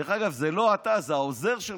דרך אגב, זה לא אתה, זה העוזר שלך,